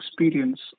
experience